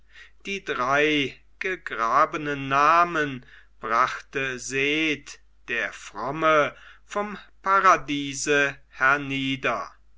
die drei gegrabenen namen brachte seth der fromme vom paradiese hernieder